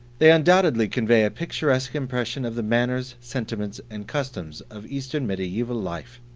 they undoubtedly convey a picturesque impression of the manners, sentiments, and customs of eastern mediaeval life.